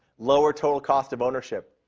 lower total cost of ownership.